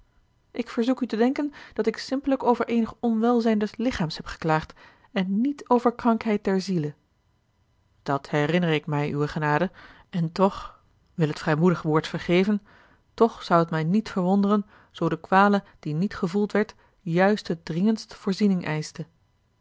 ik verzoek u te denken dat ik simpellijk over eenig onwelzijn des lichaams heb geklaagd en niet over krankheid der ziele dat herinner ik mij uwe genade en toch wil het vrijmoedig woord vergeven toch zou het mij niet verwonderen zoo de kwale die niet gevoeld werd juist het dringendst voorziening eischte